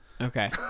Okay